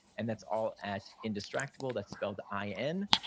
and that's all at indistractable, that's spelled i n,